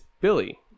Billy